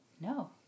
No